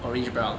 orange brown